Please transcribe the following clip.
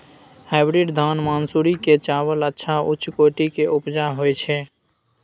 Hybrid धान मानसुरी के चावल अच्छा उच्च कोटि के उपजा होय छै?